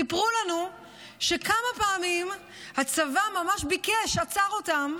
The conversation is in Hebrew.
סיפרו לנו שכמה פעמים הצבא ממש ביקש, עצר אותם,